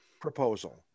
proposal